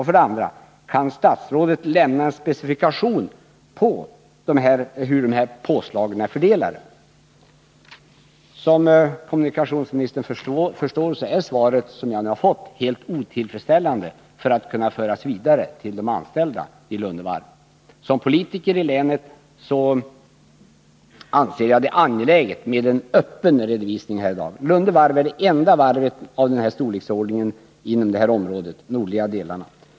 För det andra: Kan statsrådet lämna en specifikation på hur dessa påslag är fördelade? Som kommunikationsministern förstår är svaret som jag nu fått helt otillfredsställande för att jag skall kunna föra det vidare till de anställda vid Lunde Varv. Som politiker från länet anser jag det angeläget med en öppen redovisning här i dag. Lunde Varv är det enda varvet av denna storleksordning i de nordliga delarna av landet.